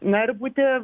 na ir būti